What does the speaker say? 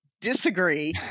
disagree